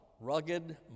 rugged